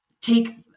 take